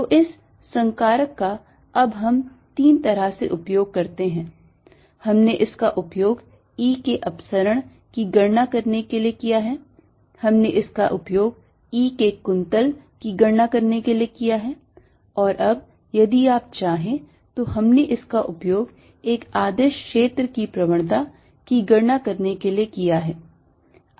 तो इस संकारक का हम अब तीन तरह से उपयोग करते हैं हमने इसका उपयोग E के अपसरण की गणना करने के लिए किया है हमने इसका उपयोग E के कुंतल की गणना करने के लिए किया है और अब यदि आप चाहें तो हमने इसका उपयोग एक अदिश क्षेत्र की प्रवणता की गणना करने के लिए किया है